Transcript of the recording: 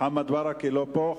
חבר הכנסת מוחמד ברכה לא פה.